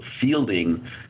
fielding